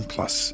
Plus